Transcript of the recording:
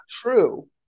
true